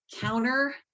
counter